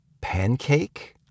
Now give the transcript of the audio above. pancake